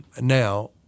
Now